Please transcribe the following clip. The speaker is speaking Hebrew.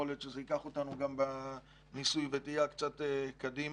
יכול להיות שזה ייקח אותנו גם בניסוי וטעיה קצת קדימה,